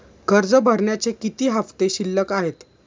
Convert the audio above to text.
कर्ज भरण्याचे किती हफ्ते शिल्लक आहेत?